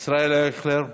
ישראל אייכלר.